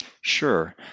Sure